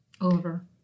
Over